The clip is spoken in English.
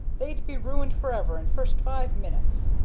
they'd be ruined forever in first five minutes.